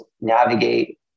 navigate